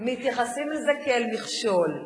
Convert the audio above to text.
מתייחסים לזה כאל מכשול.